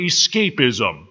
Escapism